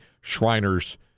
Shriners